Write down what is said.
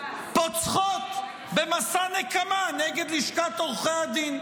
פוצחות במסע נקמה נגד לשכת עורכי הדין.